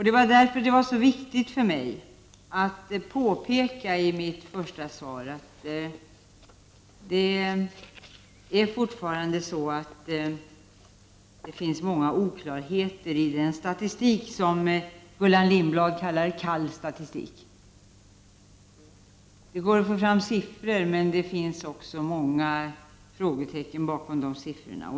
Det var därför viktigt för mig att påpeka i mitt svar att det fortfarande finns många oklarheter i den statistik som Gullan Lindblad kallar för kall statistik. Det går att få fram siffror, men det finns många frågetecken bakom de siffrorna.